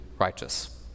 righteous